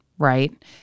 Right